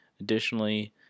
Additionally